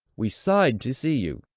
we sighed to see you!